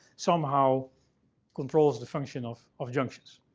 somehow controls the function of of junctions.